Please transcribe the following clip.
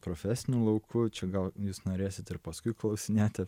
profesiniu lauku čia gal jūs norėsit ir paskui klausinėti